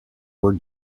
were